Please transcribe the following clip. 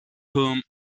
whom